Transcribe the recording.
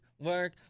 work